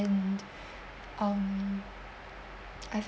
um I felt